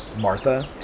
Martha